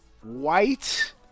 ...white